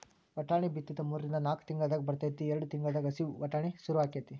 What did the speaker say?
ವಟಾಣಿ ಬಿತ್ತಿದ ಮೂರಿಂದ ನಾಕ್ ತಿಂಗಳದಾಗ ಬರ್ತೈತಿ ಎರ್ಡ್ ತಿಂಗಳದಾಗ ಹಸಿ ವಟಾಣಿ ಸುರು ಅಕೈತಿ